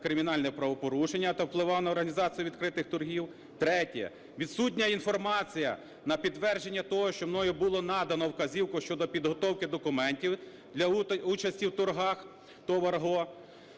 кримінальне правопорушення та впливав на організацію відкритих торгів; третє – відсутня інформація на підтвердження того, що мною було надано вказівку щодо підготовки документів для участі в торгах ТОВ